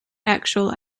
actual